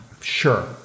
Sure